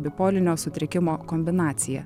bipolinio sutrikimo kombinacija